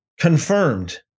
confirmed